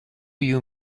you